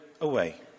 away